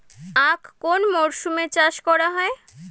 আখ কোন মরশুমে চাষ করা হয়?